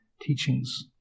teachings